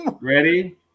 Ready